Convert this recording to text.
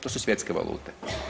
To su svjetske valute.